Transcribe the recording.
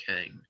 King